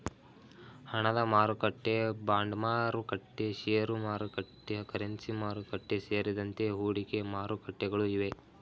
ಹಣದಮಾರುಕಟ್ಟೆ, ಬಾಂಡ್ಮಾರುಕಟ್ಟೆ, ಶೇರುಮಾರುಕಟ್ಟೆ, ಕರೆನ್ಸಿ ಮಾರುಕಟ್ಟೆ, ಸೇರಿದಂತೆ ಹೂಡಿಕೆ ಮಾರುಕಟ್ಟೆಗಳು ಇವೆ